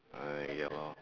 ah ya lor